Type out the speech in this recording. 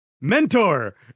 Mentor